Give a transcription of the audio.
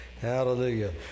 Hallelujah